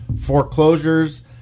foreclosures